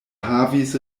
havis